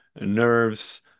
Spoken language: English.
nerves